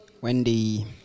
Wendy